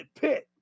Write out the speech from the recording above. Pitt